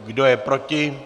Kdo je proti?